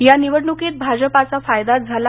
या निवडणुकीत भाजपाचा फायदाच झाला